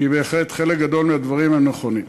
כי בהחלט חלק גדול מהדברים הם נכונים.